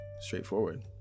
straightforward